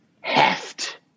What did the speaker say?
heft